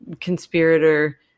conspirator